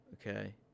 Okay